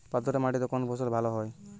পাথরে মাটিতে কোন ফসল ভালো হয়?